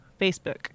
Facebook